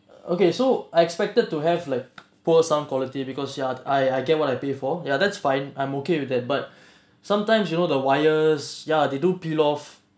okay so I expected to have like poor sound quality because ya I I get what I pay for ya that's fine I'm okay with that but sometimes you know the wires ya they do peel off